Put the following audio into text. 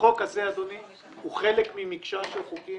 החוק הזה, אדוני, הוא חלק ממקשה של חוקים